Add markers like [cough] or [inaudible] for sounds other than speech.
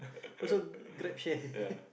also GrabShare [laughs]